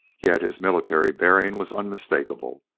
yet his military bearing was unmistakable.